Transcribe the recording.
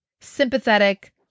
sympathetic